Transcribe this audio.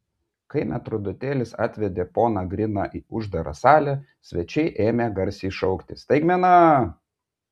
kai metrdotelis atvedė poną griną į uždarą salę svečiai ėmė garsiai šaukti staigmena